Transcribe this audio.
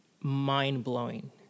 mind-blowing